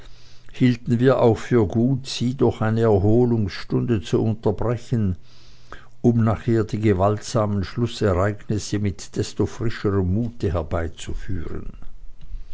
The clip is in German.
hielten wir auch für gut sie durch eine erholungsstunde zu unterbrechen um nachher die gewaltsamen schlußereignisse mit desto frischerm mute herbeizuführen